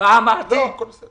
הצעת